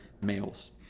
males